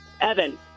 Evan